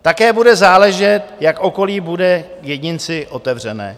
Také bude záležet, jak okolí bude k jedinci otevřené.